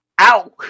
ow